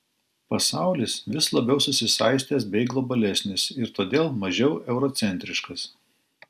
pasaulis vis labiau susisaistęs bei globalesnis ir todėl mažiau eurocentriškas